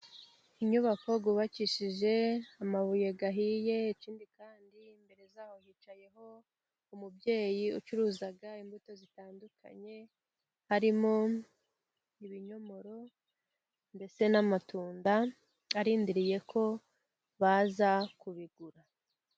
Inyubako yubakishije amabuye ahiye, ikindi kandi imbere yaho, hicayeho umubyeyi ucuruza imbuto zitandukanye, harimo ibinyomoro, ndetse n'amatunda, arindiriye ko baza kubigura.